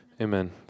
Amen